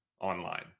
online